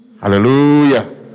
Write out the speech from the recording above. hallelujah